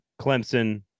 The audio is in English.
Clemson